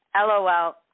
LOL